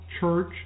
church